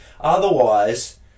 otherwise